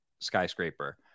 skyscraper